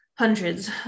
hundreds